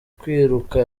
kwiruka